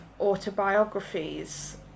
autobiographies